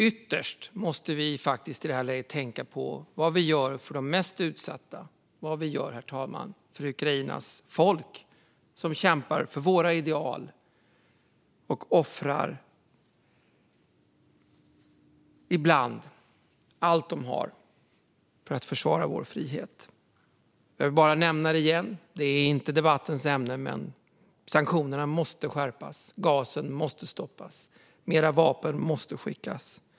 Ytterst måste vi i detta läge tänka på vad vi gör för de mest utsatta - vad vi gör för Ukrainas folk, herr talman - som kämpar för våra ideal och ibland offrar allt de har för att försvara vår frihet. Det är inte debattens ämne, men jag vill nämna det igen: Sanktionerna måste skärpas. Gasen måste stoppas. Mer vapen måste skickas.